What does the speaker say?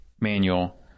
manual